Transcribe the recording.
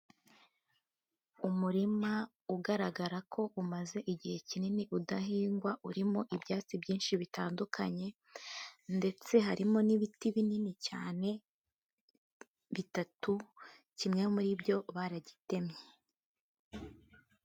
Umurima ugaragara ko umaze igihe kinini udahingwa, urimo ibyatsi byinshi bitandukanye ndetse harimo n'ibiti binini cyane bitatu, kimwe muri byo baragitemye.